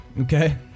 Okay